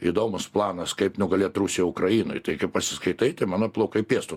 įdomūs planas kaip nugalėt rusiją ukrainoj tai kai pasiskaitai tai mano plaukai piestu